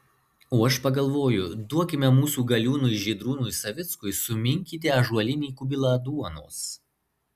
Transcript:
o aš pagalvoju duokime mūsų galiūnui žydrūnui savickui suminkyti ąžuolinį kubilą duonos